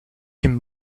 can